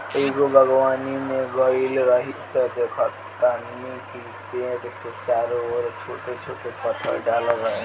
एगो बागवानी में गइल रही त देखनी कि पेड़ के चारो ओर छोट छोट पत्थर डालल रहे